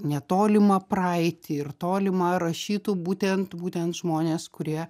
netolimą praeitį ir tolimą rašytų būtent būtent žmonės kurie